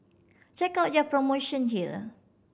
check out their promotion here